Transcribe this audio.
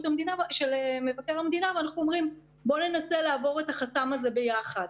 המדינה ואנחנו אומרים בוא ננסה לעבור את החסם הזה ביחד.